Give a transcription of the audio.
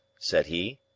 said he.